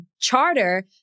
charter